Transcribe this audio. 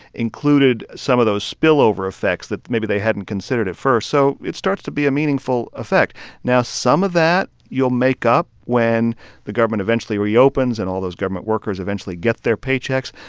included some of those spillover effects that maybe they hadn't considered at first. so it starts to be a meaningful effect now, some of that you'll make up when the government eventually reopens, and all those government workers eventually get their paychecks.